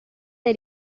dai